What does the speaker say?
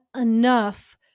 enough